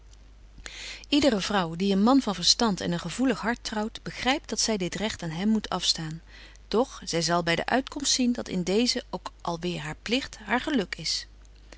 ydere vrouw die een man van verstand en een gevoelig hart trouwt begrypt dat zy dit recht aan hem moet afstaan doch zy zal by de uitkomst zien dat in deezen ook alweêr haar pligt haar geluk is